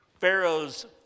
Pharaoh's